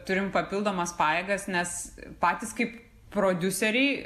turim papildomas pajėgas nes patys kaip prodiuseriai